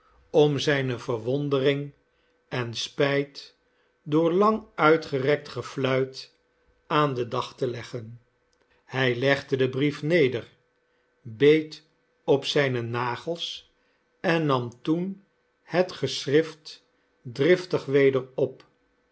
om zijne verwondering en spijt door lang uitgerekt gefluit aan den dag te leggen hij legde den brief neder beet op zijne nagels en nam toen het geschrift driftig weder op